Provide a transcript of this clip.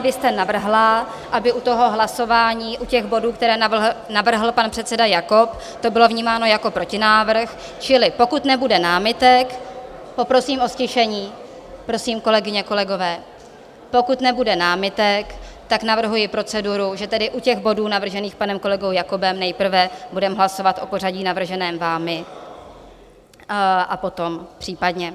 Vy jste navrhla, aby u toho hlasování u těch bodů, které navrhl pan předseda Jakob, to bylo vnímáno jako protinávrh, čili pokud nebude námitek poprosím o ztišení, prosím, kolegyně, kolegové pokud nebude námitek, tak navrhuji proceduru, že tedy u těch bodů navržených panem kolegou Jakobem nejprve budeme hlasovat o pořadí navrženém vámi a potom případně...